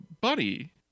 buddy